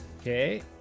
Okay